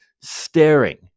staring